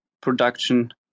production